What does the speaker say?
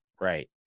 Right